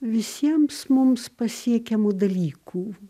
visiems mums pasiekiamų dalykų